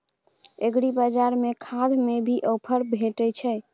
एग्रीबाजार में खाद में भी ऑफर भेटय छैय?